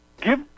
Give